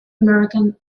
american